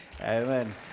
Amen